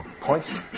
points